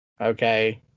Okay